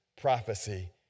prophecy